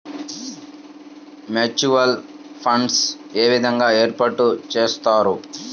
Mutual funds ఏ విధంగా ఏర్పాటు చేస్తారు?